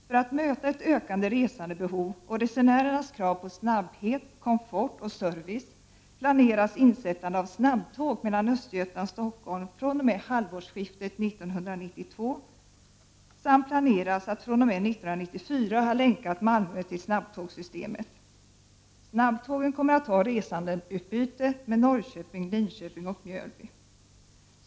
För att möta ett ökande resandebehov och resenärernas krav på snabbhet, komfort och service planeras insättande av snabbtåg mellan Östergötland och Stockholm fr.o.m. halvårsskiftet 1992 samt att man fr.o.m. 1994 skall ha länkat Malmö till snabbtågssystemet. Snabbtågen kommer att ha resandeutbyte med Norrköping, Linköping och Mjölby.